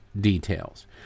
details